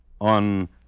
on